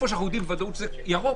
ואיפה שאנחנו יודעים בוודאות שזה ירוק,